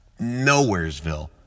nowheresville